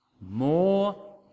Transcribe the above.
more